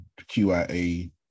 QIA